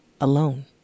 alone